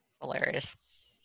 Hilarious